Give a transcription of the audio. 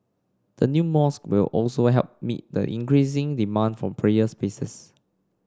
the new mosque will also help meet the increasing demand for prayer spaces